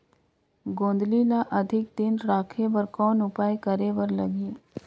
गोंदली ल अधिक दिन राखे बर कौन उपाय करे बर लगही?